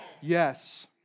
Yes